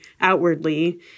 outwardly